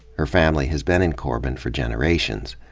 her family has been in corbin for generations.